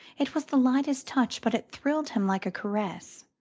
it was the lightest touch, but it thrilled him like a caress.